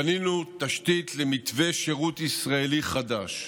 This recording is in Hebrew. בנינו תשתית למתווה שירות ישראלי חדש.